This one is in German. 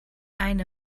eine